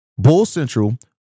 BULLCENTRAL